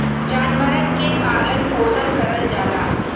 जानवरन के पालन पोसन करल जाला